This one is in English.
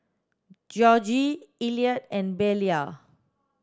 Georgie Elliott and Belia